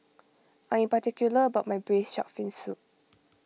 I am particular about my Braised Shark Fin Soup